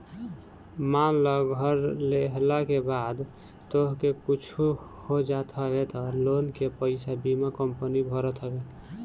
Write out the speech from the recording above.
मान लअ घर लेहला के बाद तोहके कुछु हो जात हवे तअ लोन के पईसा बीमा कंपनी भरत हवे